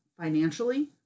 financially